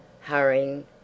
hurrying